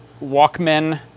Walkman